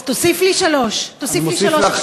אז תוסיף לי 3, 5,